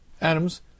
atoms